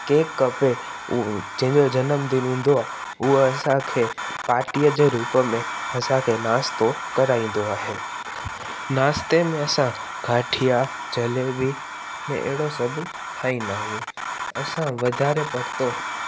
cake कपे जंहिंजो जनमदिन हूंदो आहे उहो असांखे पार्टीअ जे रूप में असांखे नास्तो कराईंदो आहे नास्ते में असां गाठिया जलेबी ने अहिड़ो सभु खाईंदा आहियूं असां वधारे पणतो